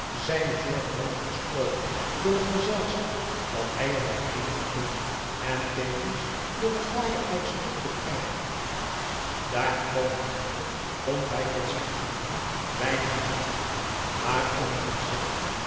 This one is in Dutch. zijne zorgen wat te verstroijen door het gezelschap dat hij er bijeen mogt vinden en tevens door het fraaije uitzigt op het ij daar gekomen zijnde vond hij tot zijn genoegen weinig gezelschap maar onder hetzelve